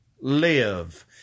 live